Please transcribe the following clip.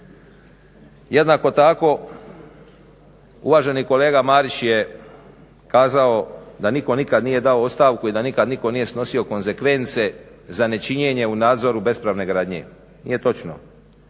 Jednako tako uvaženi kolega Marić je kazao da nitko nikad nije dao ostavku i da nikad nitko nije snosio konzekvence za nečinjenje u nadzoru bespravne gradnje. Nije točno.